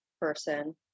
person